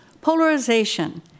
polarization